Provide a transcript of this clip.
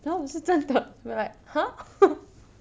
然后我是真的 we're like !huh!